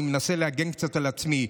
אני מנסה להגן קצת על עצמי.